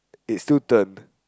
it still turned